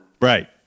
Right